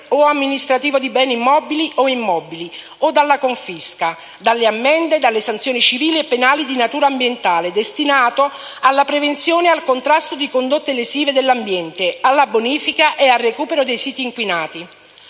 o amministrativo di beni mobili o immobili o dalla confisca, dalle ammende, dalle sanzioni civili e penali di natura ambientale, destinato alla prevenzione e al contrasto di condotte lesive dell'ambiente, alla bonifica e al recupero dei siti inquinati.